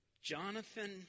Jonathan